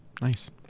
Nice